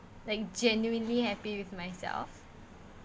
like genuinely happy with myself